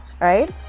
right